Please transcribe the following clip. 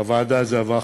בוועדה זה עבר פה-אחד,